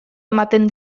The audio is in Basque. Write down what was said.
ematen